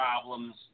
problems